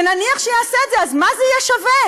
ונניח שיעשה את זה, אז מה זה יהיה שווה?